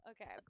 Okay